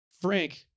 Frank